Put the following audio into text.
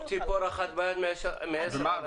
טוב ציפור אחת ביד מעשר על העץ.